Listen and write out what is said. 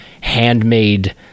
handmade